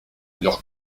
leur